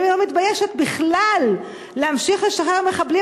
האם היא לא מתביישת בכלל להמשיך לשחרר מחבלים